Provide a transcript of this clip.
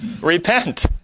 Repent